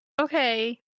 Okay